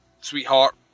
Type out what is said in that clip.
sweetheart